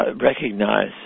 recognize